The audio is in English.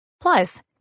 Plus